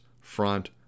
front